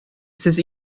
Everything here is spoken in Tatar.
сез